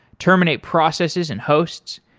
terminate processes and hosts.